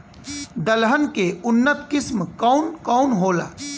दलहन के उन्नत किस्म कौन कौनहोला?